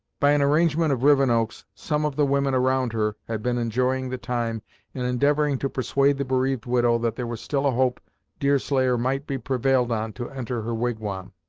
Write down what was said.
by an arrangement of rivenoak's, some of the women around her had been employing the time in endeavoring to persuade the bereaved widow that there was still a hope deerslayer might be prevailed on to enter her wigwam,